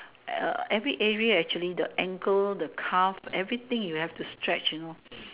uh every area actually the ankle the calf everything you have to stretch you know